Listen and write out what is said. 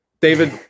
David